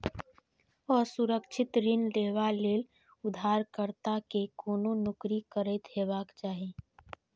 असुरक्षित ऋण लेबा लेल उधारकर्ता कें कोनो नौकरी करैत हेबाक चाही